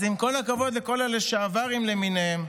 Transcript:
אז עם כל הכבוד לכל הלשעברים למיניהם,